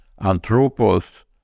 Anthropos